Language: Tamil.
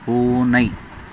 பூனை